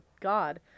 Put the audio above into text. God